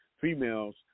females